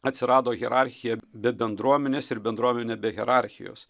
atsirado hierarchija be bendruomenės ir bendruomenė be hierarchijos